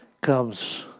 comes